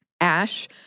Ash